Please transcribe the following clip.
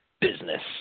business